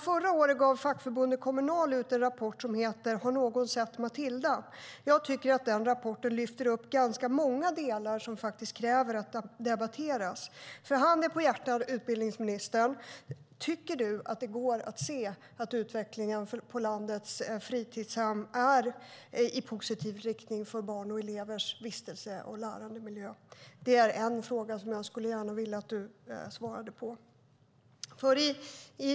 Förra året gav fackförbundet Kommunal ut en rapport som heter Har någon sett Matilda? Jag tycker att den rapporten lyfter upp ganska många delar som behöver debatteras. Handen på hjärtat, utbildningsministern, tycker du att utvecklingen av barns och elevers vistelse och lärandemiljö på landets fritidshem går i positiv riktning? Det är en fråga som jag gärna skulle vilja att du svarade på.